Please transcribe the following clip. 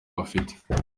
bafite